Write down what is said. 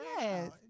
Yes